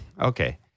Okay